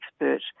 expert